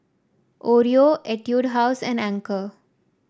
Oreo Etude House and Anchor